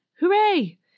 Hooray